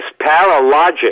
paralogic